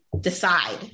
decide